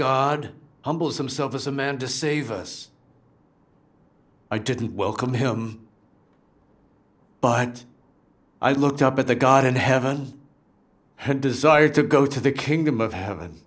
god humbles himself as a man to save us i didn't welcome him but i looked up at the god in heaven and desired to go to the kingdom of heaven